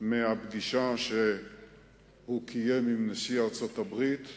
מהפגישה שהוא קיים עם נשיא ארצות-הברית,